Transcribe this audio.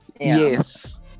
Yes